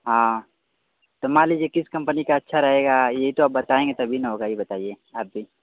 हाँ तो मान लीजिए किस कम्पनी का अच्छा रहेगा यह तो बताएँगे तभी ना होगा यह बताइए आप भी